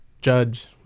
Judge